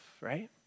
right